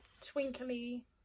twinkly